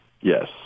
Yes